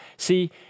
See